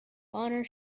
honor